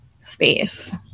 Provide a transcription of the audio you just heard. space